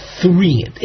three